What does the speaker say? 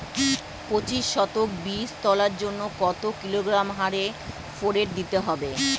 পঁচিশ শতক বীজ তলার জন্য কত কিলোগ্রাম হারে ফোরেট দিতে হবে?